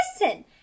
listen